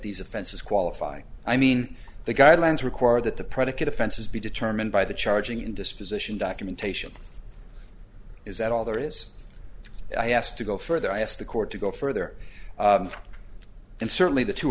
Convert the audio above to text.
these offenses qualify i mean the guidelines require that the predicate offenses be determined by the charging indisposition documentation is that all there is i asked to go further i asked the court to go further and certainly the two